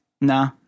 nah